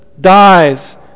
dies